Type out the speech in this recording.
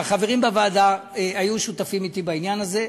והחברים בוועדה היו שותפים אתי בעניין הזה,